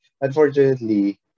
unfortunately